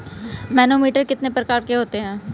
Manometer कितने प्रकार के होते हैं?